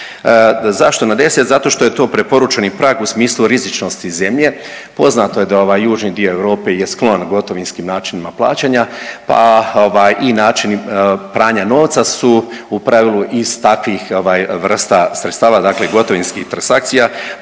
Zašto na 10? Zato što je to preporučeni prag u smislu rizičnosti zemlje. Poznato je da ovaj južni dio Europe je sklon gotovinskim načinima plaćanja, pa i način pranja novca su u pravilu iz takvih vrsta sredstava, dakle gotovinskih transakcija